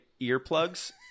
earplugs